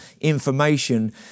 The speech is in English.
information